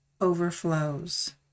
overflows